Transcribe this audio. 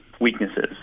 weaknesses